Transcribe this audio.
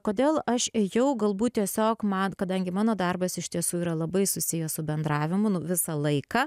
kodėl aš ėjau galbūt tiesiog man kadangi mano darbas iš tiesų yra labai susijęs su bendravimu visą laiką